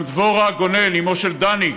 גם דבורה גונן, אימו של דני,